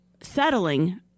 settling